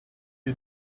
you